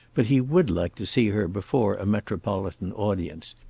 but he would like to see her before a metropolitan audience,